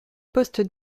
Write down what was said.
poste